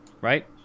right